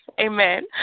Amen